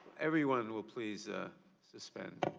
everyone will please ah suspend.